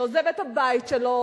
שעוזב את הבית שלו,